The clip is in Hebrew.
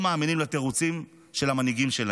לא מאמינים לתירוצים של המנהיגים שלהם.